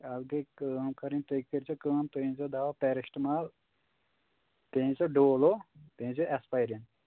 اَتھ گٔے کٲم کَرٕنۍ تُہۍ کٔرۍ زیو کٲم تُہۍ أنۍ زیو دوا پیرسٹمال بیٚیہِ أنۍ زیو ڈولو بیٚیہِ أنۍ ییو ایسپایریٖن